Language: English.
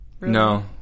No